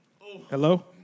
Hello